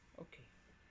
okay